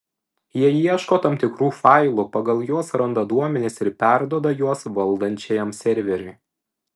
jie ieško tam tikrų failų pagal juos randa duomenis ir perduoda juos valdančiajam serveriui